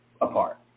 apart